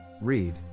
Read